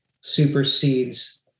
supersedes